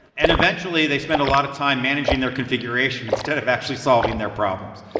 and eventually they spent a lot of time managing their configuration instead of actually solving their problems.